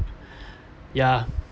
ya